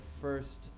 first